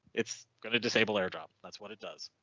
it's gonna disable their job. that's what it does.